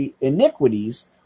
iniquities